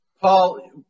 Paul